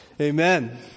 Amen